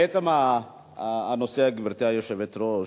לעצם הנושא, גברתי היושבת-ראש,